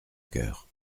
coeur